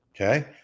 Okay